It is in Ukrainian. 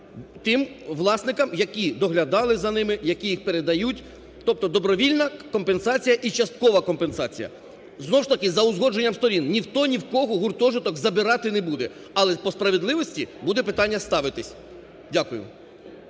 тим власникам, які доглядали за ними, які їх передають. Тобто добровільна компенсація і часткова компенсація, знову ж таки за узгодженням сторін. Ніхто ні в кого гуртожиток забирати не буде, але по справедливості, буде питання ставитись. Дякую.